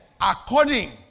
according